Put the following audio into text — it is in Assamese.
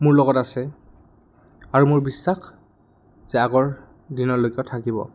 মোৰ লগত আছে আৰু মোৰ বিশ্বাস যে আগৰ দিনলৈকেও থাকিব